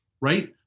right